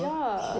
ya